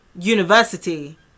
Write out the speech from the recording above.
university